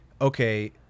okay